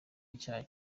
icyaha